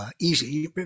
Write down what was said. Easy